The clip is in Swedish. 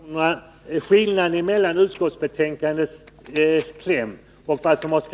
Herr talman! Skillnaden mellan betänkandets kläm och reservationens